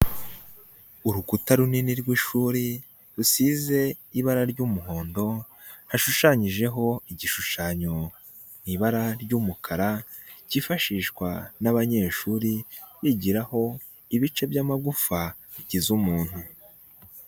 Urukuta runini rw'ishuri rusize ibara ry'umuhondo hashushanyijeho igishushanyo mu ibara ry'umukara kifashishwa n'abanyeshuri bigiraho ibice by'amagufa bigize umuntu.